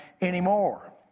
anymore